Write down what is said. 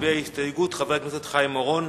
יביע הסתייגות חבר הכנסת חיים אורון.